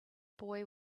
boy